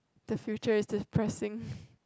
the future is depressing